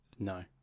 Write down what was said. No